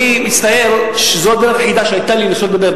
אני מצטער שזו הדרך היחידה שהיתה לי לנסות לדבר.